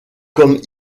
comme